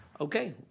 Okay